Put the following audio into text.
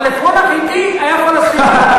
אבל עפרון החתי היה פלסטיני.